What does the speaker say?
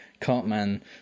Cartman